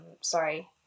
sorry